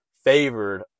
Favored